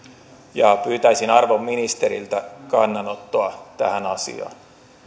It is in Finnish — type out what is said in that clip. pyytäisin arvon ministeriltä kannanottoa tähän asiaan